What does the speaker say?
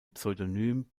pseudonym